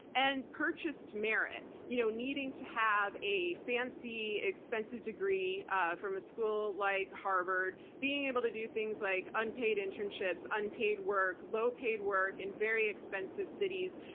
and purchased merit-needing you know to have a fancy expensive degree ah from a school like harvard, being able to do things like unpaid internships, unpaid work, low paid work, in very expensive cities.